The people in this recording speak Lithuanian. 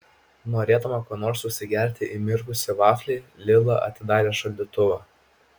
norėdama kuo nors užsigerti įmirkusį vaflį lila atidarė šaldytuvą